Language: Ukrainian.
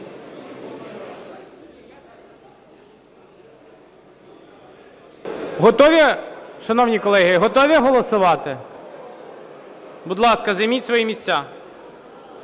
Шановні колеги, готові голосувати? Будь ласка, займіть свої місця.